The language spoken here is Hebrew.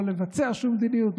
לא לבצע שום מדיניות,